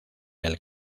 del